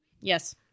Yes